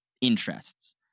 interests